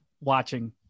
watching